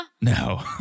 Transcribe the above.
No